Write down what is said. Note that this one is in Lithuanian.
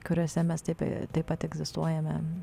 kuriose mes taip taip pat egzistuojame